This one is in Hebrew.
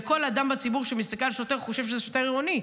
כל אדם בציבור שמסתכל על שוטר חושב שזה שוטר עירוני,